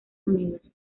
unidos